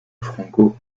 franco